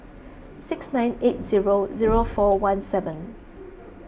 six nine eight zero zero four one seven